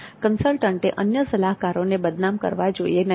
કન્સલ્ટન્ટે અન્ય સલાહકારોને બદનામ કરવા જોઇએ નહીં